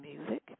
music